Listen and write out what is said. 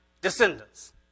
descendants